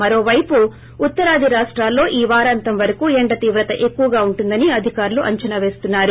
మరోవైపు ఉత్తరాది రాష్టాల్లో ఈ వారంతం వరకు ఎండ తీవ్రత ఎక్కువగా ఉంటుందని అధికారులు అంచనా పేస్తున్నారు